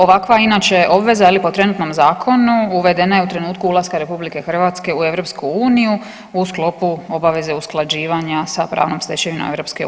Ovakva inače obveza je li po trenutnom zakonu uvedena je u trenutku ulaska RH u EU u sklopu obaveze usklađivanja sa pravnom stečevinom EU.